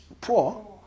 Poor